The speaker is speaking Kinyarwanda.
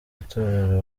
itorero